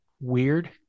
weird